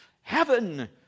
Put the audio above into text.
heaven